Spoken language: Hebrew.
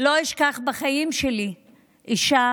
לא אשכח בחיים שלי אישה